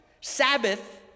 Sabbath